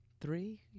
Three